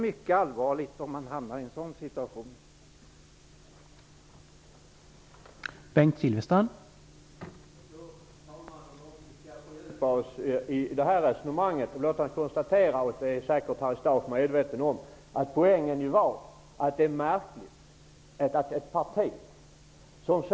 Att hamna i en sådan situation är mycket allvarligt.